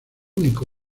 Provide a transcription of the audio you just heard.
único